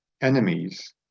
enemies